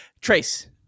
trace